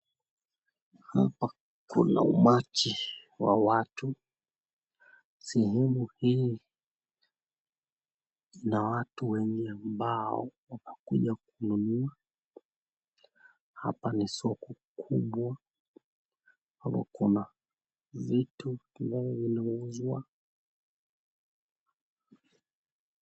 Hapa kuna umati wa watu. Sehemu hii ina watu wengi ambao wanakuja kununua. Hapa ni soko kubwa hapa kuna vitu ambao zinauzwa.